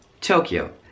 Tokyo